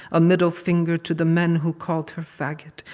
a middle finger to the men who called her faggot,